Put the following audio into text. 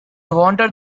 wanted